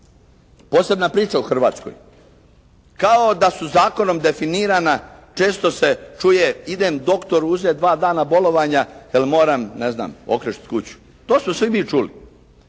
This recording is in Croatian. posebna priča u Hrvatskoj. Kao da su zakonom definirana, često se čuje idem doktoru uzeti dva dana bolovanja jer moram, ne znam okrečiti kuću. To smo sve mi čuli.